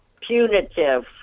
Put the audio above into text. punitive